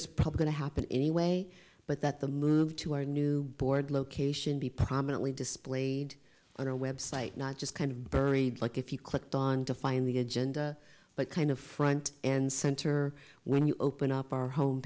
it's probably going to happen anyway but that the move to our new board location be prominently displayed on our website not just kind of burglary like if you clicked on to find the agenda but kind of front and center when you open up our home